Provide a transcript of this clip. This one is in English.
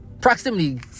Proximity